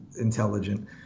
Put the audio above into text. intelligent